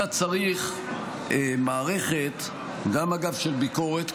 אתה צריך מערכת גם של ביקורת,